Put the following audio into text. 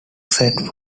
set